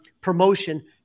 promotion